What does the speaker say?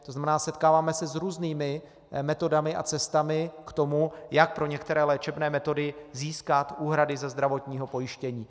To znamená, setkáváme se s různými metodami a cestami k tomu, jak pro některé léčebné metody získat úhrady ze zdravotního pojištění.